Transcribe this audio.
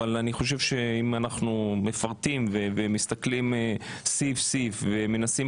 אבל אני חושב שאם אנחנו מפרטים ומסתכלים סעיף סעיף ומנסים